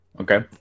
Okay